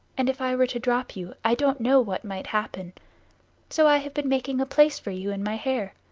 and if i were to drop you, i don't know what might happen so i have been making a place for you in my hair.